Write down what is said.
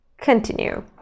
continue